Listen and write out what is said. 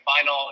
final